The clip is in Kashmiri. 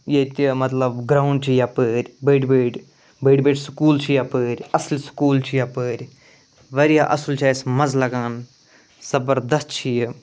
ییٚتہِ مطلب گرٛاوُنٛڈ چھُ یَپٲرۍ بٔڈۍ بٔڈۍ بٔڈۍ بٔڈۍ سکوٗل چھِ یَپٲرۍ اَصٕل سکوٗل چھِ یَپٲرۍ واریاہ اَصٕل چھِ اَسہِ مَزٕ لَگان زبردَس چھِ یہِ